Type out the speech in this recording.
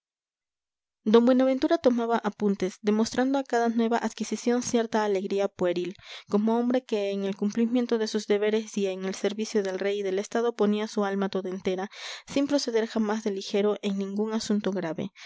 d buenaventura tomaba apuntes demostrando a cada nueva adquisición cierta alegría pueril como hombre que en el cumplimiento de sus deberes y en el servicio del rey y del estado ponía su alma toda entera sin proceder jamás de ligero en ningún asunto grave